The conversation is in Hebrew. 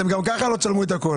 אתם גם ככה לא תשלמו את הכול.